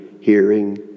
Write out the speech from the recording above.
hearing